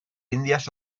indias